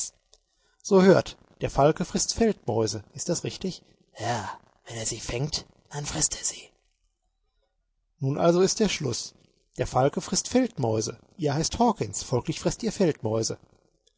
so hört der falke frißt feldmäuse ist das richtig ja wenn er sie fängt da frißt er sie nun also ist der schluß der falke frißt feldmäuse ihr heißet hawkens folglich freßt ihr feldmäuse